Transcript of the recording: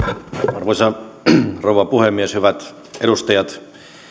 arvoisa rouva puhemies hyvät edustajat